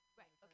right